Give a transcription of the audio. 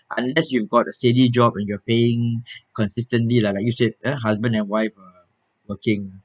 unless you've got a steady job and you're paying consistently lah like you said ah husband and wife working